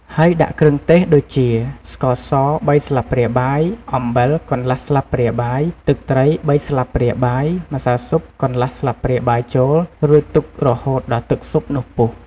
ហើយដាក់គ្រឿងទេសដូចជា ស្ករស ៣ស្លាបព្រាបាយ អំបិលកន្លះស្លាបព្រាបាយ ទឹកត្រី៣ស្លាបព្រាបាយ ម្សៅស៊ុបកន្លះស្លាបព្រាបាយចូល រួចទុករហូតដល់ទឹកស៊ុបនោះពុះ។